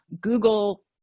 Google